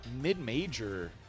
mid-major –